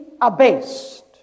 abased